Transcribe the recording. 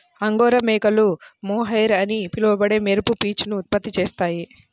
angora మేకలు mohair అని పిలువబడే మెరుపు పీచును ఉత్పత్తి చేస్తాయి